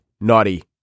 naughty